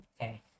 Okay